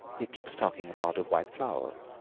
he keeps talking about a white flower.